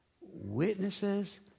witnesses